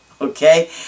okay